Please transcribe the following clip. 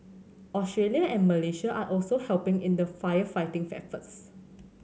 Australia and Malaysia are also helping in the firefighting efforts